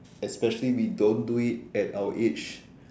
especially we don't do it at our age